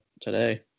today